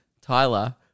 Tyler